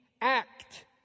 act